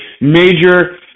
major